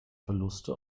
verluste